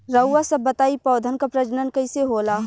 रउआ सभ बताई पौधन क प्रजनन कईसे होला?